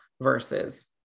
versus